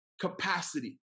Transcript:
capacity